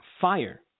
fire